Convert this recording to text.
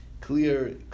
clear